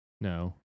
No